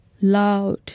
Loud